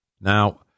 Now